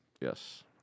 Yes